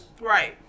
right